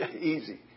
easy